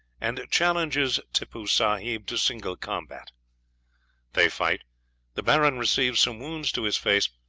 and challenges tippoo sahib to single combat they fight the baron receives some wounds to his face,